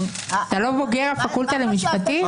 אתה לא בוגר הפקולטה למשפטים?